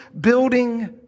building